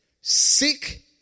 Seek